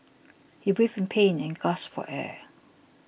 he writhed in pain and gasped for air